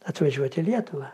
atvažiuot į lietuvą